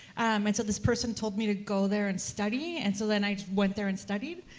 and so this person told me to go there and study, and so then i went there and studied.